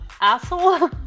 asshole